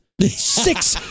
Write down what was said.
Six